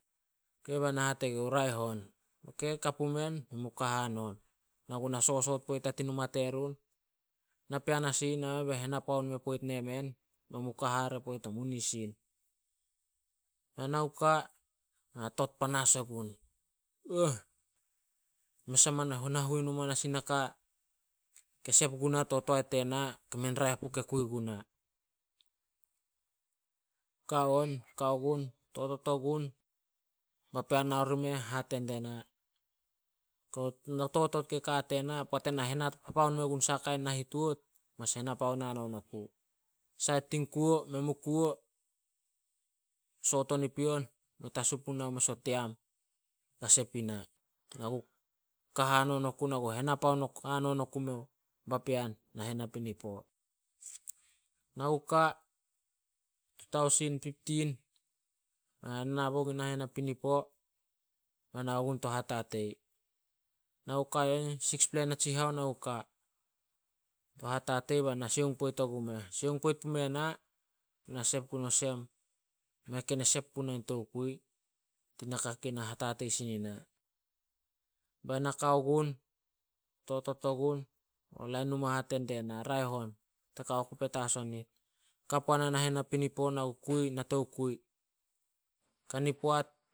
Ok, be na hate gue youh, "Raeh on." Ka pumen, men mu ka hanon. Na gu na sosoot pait a tin numa terun. Napean as i ih nameh be henapoan men poit nemen. Men mu ka hare poit o munisin. Na gu ka, be na tot panas ogun. Nahuenu manas naka ke sep guna to toae tena kei mei raeh puh ke kui guna. Ka on, kao gun, totot ogun. Papean nao rimeh hate die na, totot kei ka a tena poat ena henapoan men gun saha kain na hituot, mas henapoan haraeh oku. Sait tin kuo, men mu kuo. Soot on i pion, me tasu puna mes o team, ka sep ina. Na gu ka hahon oku, na gu henapoan hanon oku meo papean, nahen hapininipo. Na gu ka tu toasin piptin, nabo gun nahen napinipo, be na nao gun to hatatei. Na ku a eh siks pla natsihao na gu ka to hatatei be na sioung poit agumeh. Sioung poit pume na, be na sep gun olsem, mei ken e sep puna tokui tin naka kei na hatatei sin ina. Ba na kao gun totot ogun, Lain numa hate die na, raeh on ta kao ku petas onit. Ka puana nahen napinip, na ku kui na tokui. Kani poat,